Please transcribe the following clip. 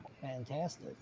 Fantastic